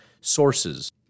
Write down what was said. sources